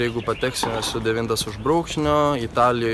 jeigu pateksiu esu devintas už brūkšnio italijoj